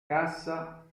cassa